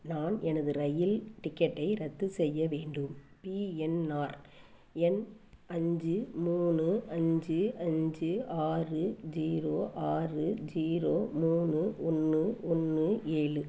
நான் எனது இரயில் டிக்கெட்டை ரத்து செய்ய வேண்டும் பிஎன்ஆர் எண் அஞ்சு மூணு அஞ்சு அஞ்சு ஆறு ஜீரோ ஆறு ஜீரோ மூணு ஒன்று ஒன்று ஏழு